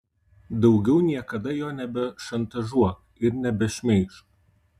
daugiau niekada jo nebešantažuok ir nebešmeižk